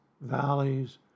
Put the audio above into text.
valleys